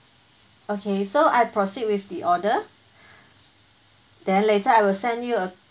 okay so I proceed with the order then later I will send you a